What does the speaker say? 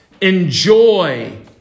enjoy